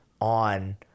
on